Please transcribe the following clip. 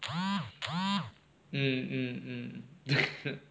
mm mm mm